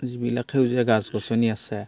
যিবিলাক সেউজীয়া গছ গছনি আছে